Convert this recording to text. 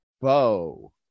Bo